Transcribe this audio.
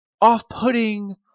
off-putting